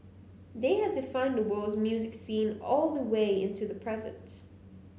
they have defined the world's music scene all the way into the present